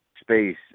space